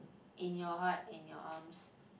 in your heart in your arms